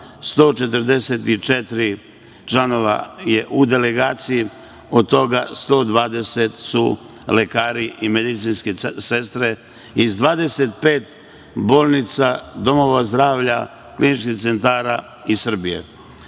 144 članova je u delegaciji, od toga su 120 lekari i medicinske sestre iz 25 bolnica, domova zdravlja, kliničkih centara u Srbiji.